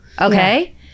okay